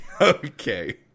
Okay